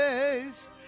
days